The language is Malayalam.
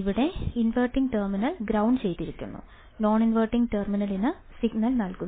ഇവിടെ ഇൻവർട്ടിംഗ് ടെർമിനൽ ഗ്രൌണ്ട് ചെയ്തിരിക്കുന്നു നോൺഇൻവർട്ടിംഗ് ടെർമിനലിന് സിഗ്നൽ നൽകുന്നു